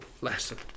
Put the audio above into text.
lesson